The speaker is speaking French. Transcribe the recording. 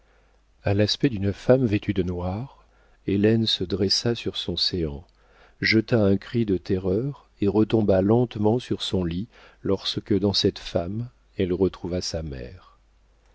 a l'aspect d'une femme vêtue de noir hélène se dressa sur son séant jeta un cri de terreur et retomba lentement sur son lit lorsque dans cette femme elle retrouva sa mère